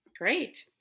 great